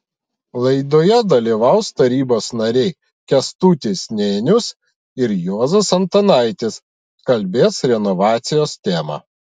laidoje dalyvaus tarybos nariai kęstutis nėnius ir juozas antanaitis kalbės renovacijos tema